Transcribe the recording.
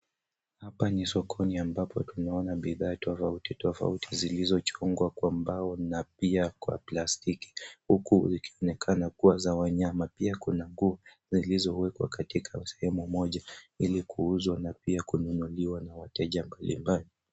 Hapa ni sokoni ambapo tunaona bidhaa tofauti tofauti zilizochongwa kwa mbao na pia kwa plastiki, huku ikionekana kuwa za wanyama. Pia kuna nguo zilizowekwa katika sehemu moja ili kuuzwa na pia kununuliwa na wateja mbalimbali.